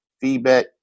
feedback